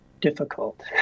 difficult